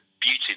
beauty